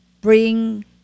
bring